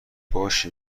باشه